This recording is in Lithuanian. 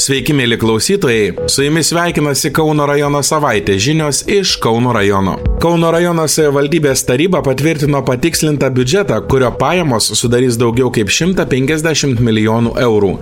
sveiki mieli klausytojai su jumis sveikinasi kauno rajono savaitė žinios iš kauno rajono kauno rajono savivaldybės taryba patvirtino patikslintą biudžetą kurio pajamos susudarys daugiau kaip šimta penkiasdešimt milijonų eurų